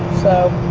so.